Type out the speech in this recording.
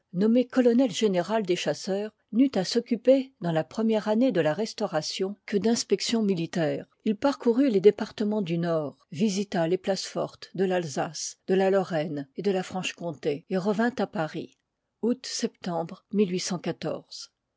nommé colonel général des chasseurs n'eut à s'occuper dans la première année de la restauration que h part d'inspections militaires il parcourut les liv i départemens du nord visita les places aoûi fortes de l'alsace de la lorraine et de la franche-comté et revint a paris